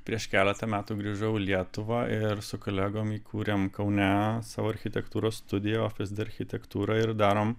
prieš keletą metų grįžau į lietuvą ir su kolegom įkūrėm kaune savo architektūros studiją ofis de architektūra ir darom